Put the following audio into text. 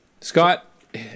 Scott